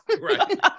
Right